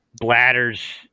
bladders